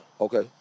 Okay